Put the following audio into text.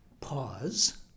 pause